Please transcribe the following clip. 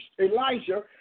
Elijah